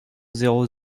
zéro